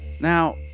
Now